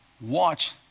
watch